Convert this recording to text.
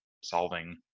solving